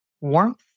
warmth